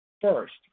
First